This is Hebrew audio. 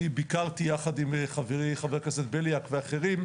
אני ביקרתי, יחד עם חברי חבר הכנסת בליאק ואחרים,